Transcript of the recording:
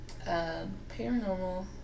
paranormal